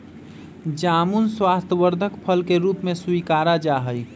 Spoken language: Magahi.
जामुन स्वास्थ्यवर्धक फल के रूप में स्वीकारा जाहई